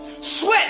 Sweat